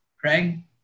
Craig